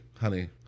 honey